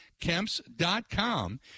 KEMPS.com